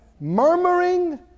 Murmuring